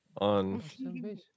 On